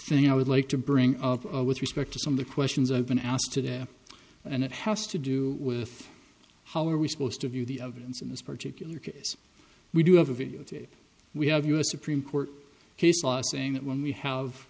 thing i would like to bring up with respect to some of the questions i've been asked today and it has to do with how are we supposed to view the evidence in this particular case we do have a videotape we have u s supreme court case law saying that when we have